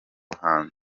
buhanzi